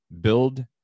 build